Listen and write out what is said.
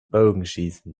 bogenschießen